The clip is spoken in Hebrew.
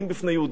רק ערבים.